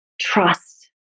trust